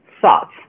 thoughts